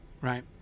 right